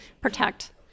protect